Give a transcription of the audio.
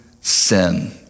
sin